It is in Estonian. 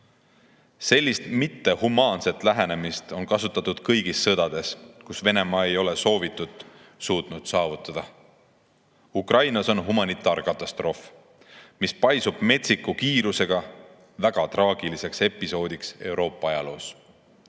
Sellist mittehumaanset lähenemist on kasutatud kõigis sõdades, kus Venemaa ei ole suutnud soovitut saavutada. Ukrainas on humanitaarkatastroof, mis paisub metsiku kiirusega väga traagiliseks episoodiks Euroopa ajaloos.